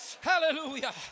Hallelujah